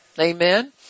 Amen